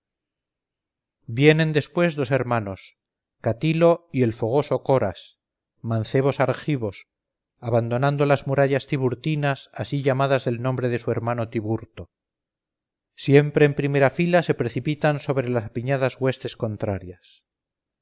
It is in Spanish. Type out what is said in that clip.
vienen después dos hermanos catilo y el fogoso coras mancebos argivos abandonando las murallas tiburtinas así llamadas del nombre de su hermano tiburto siempre en primera fila se precipitan sobre las apiñadas huestes contrarias